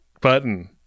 button